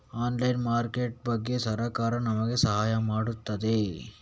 Online market ಬಗ್ಗೆ ಸರಕಾರ ನಮಗೆ ಸಹಾಯ ಮಾಡುತ್ತದೆ?